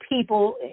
people